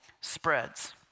spreads